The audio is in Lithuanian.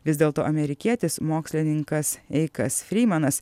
vis dėlto amerikietis mokslininkas eikas frymanas